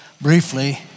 briefly